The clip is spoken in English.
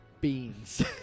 beans